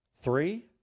Three